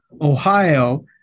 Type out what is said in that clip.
Ohio